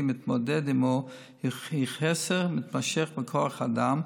מתמודד עימם הוא חסר מתמשך בכוח אדם,